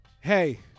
Hey